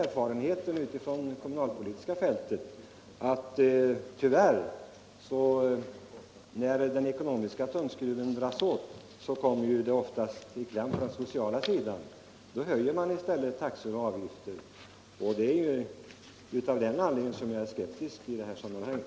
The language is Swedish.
Erfarenheten från det kommunalpolitiska fältet visar att den sociala sidan ofta kommer i kläm när den ekonomiska tumskruven dras åt. Det är av den anledningen jag är skeptisk i det här sammanhanget.